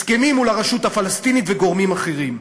הסכמים מול הרשות הפלסטינית וגורמים אחרים,